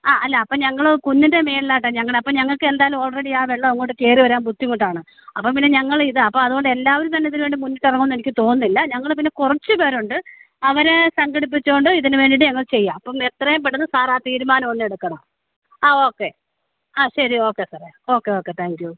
ആ അല്ല അപ്പം ഞങ്ങൾ കുന്നിൻ്റെ മേളിലായിട്ടാ ഞങ്ങളുടെ അപ്പം ഞങ്ങൾക്ക് എന്തായാലും ഓൾറെഡി ആ വെള്ളം അങ്ങോട്ട് കയറി വരാൻ ബുദ്ധിമുട്ടാണ് അപ്പം പിന്നെ ഞങ്ങളിതാ അപ്പോൾ അതുകൊണ്ട് എല്ലാവരും തന്നെ ഇതിന് വേണ്ടി മുന്നിട്ട് ഇറങ്ങും എന്ന് എനിക്ക് തോന്നുന്നില്ല ഞങ്ങൾ പിന്നെ കുറച്ച് പേരുണ്ട് അവരെ സംഘടിപ്പിച്ചുകൊണ്ട് ഇതിന് വേണ്ടിയിട്ട് ഞങ്ങൾ ചെയ്യാം അപ്പം എത്രയും പെട്ടെന്ന് സാർ ആ തീരുമാനം ഒന്ന് എടുക്കണം ആ ഓക്കെ ആ ശരി ഓക്കെ സാറേ ഓക്കെ ഓക്കെ താങ്ക് യൂ